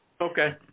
Okay